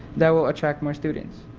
that will attract more students.